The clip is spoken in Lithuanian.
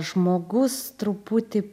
žmogus truputį